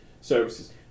services